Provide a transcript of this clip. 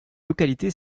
localité